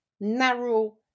narrow